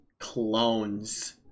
Clones